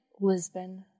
Lisbon